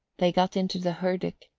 they got into the herdic,